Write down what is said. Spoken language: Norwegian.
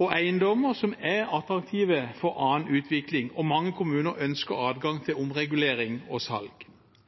og eiendommer som er attraktive for annen utvikling, og mange kommuner ønsker adgang til